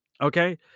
Okay